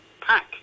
pack